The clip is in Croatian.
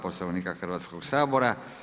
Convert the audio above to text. Poslovnika Hrvatskoga sabora.